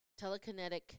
telekinetic